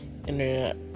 internet